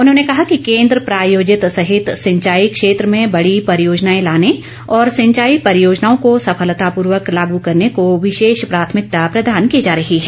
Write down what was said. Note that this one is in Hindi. उन्होंने कहा कि केन्द्र प्रायोजित सहित सिंचाई क्षेत्र में बड़ी परियोजनाएं लाने और सिंचाई परियोजनाओं को सफलतापूर्वक लागू करने को विशेष प्राथमिकता प्रदान की जा रही है